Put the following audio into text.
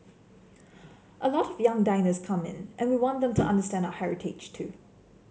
a lot of young diners come in and we want them to understand our heritage too